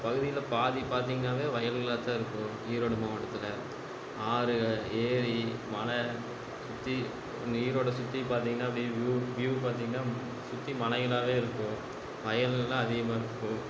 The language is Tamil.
பகுதியில் பாதி பார்த்திங்கனாவே வயல்களாக தான் இருக்கும் ஈரோடு மாவட்டத்தில் ஆறுகள் ஏரி மலை சுற்றி இங்கே ஈரோடை சுற்றிப் பார்த்திங்கனா அப்படியே வியூ வியூ பார்த்திங்கனா சுற்றி மலைகளாகவே இருக்கும் வயல்கள் தான் அதிகமாக இருக்கும்